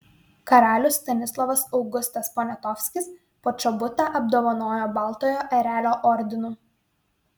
karalius stanislovas augustas poniatovskis počobutą apdovanojo baltojo erelio ordinu